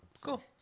Cool